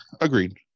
agreed